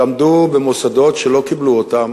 שלמדו במוסדות, שלא קיבלו אותם.